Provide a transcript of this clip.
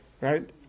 right